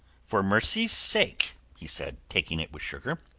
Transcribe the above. for mercy's sake! he said, taking it with sugar,